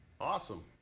awesome